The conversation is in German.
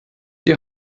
die